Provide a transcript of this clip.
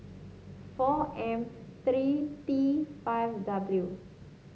four M three T five W